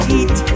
eat